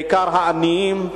בעיקר העניים,